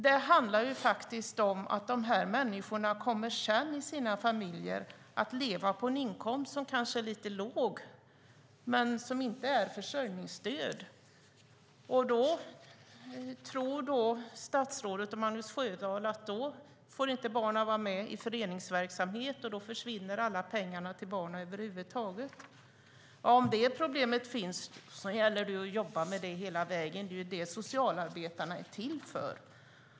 De här människorna kommer sedan i sina familjer att leva på en inkomst som kanske är lite låg men som inte är försörjningsstöd. Då tror statsrådet och Magnus Sjödahl att det betyder att barnen inte får vara med i föreningsverksamhet, och då försvinner alla pengar till barnen över huvud taget. Om det problemet finns gäller det att jobba med det hela vägen. Det är det socialarbetarna är till för.